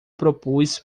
propus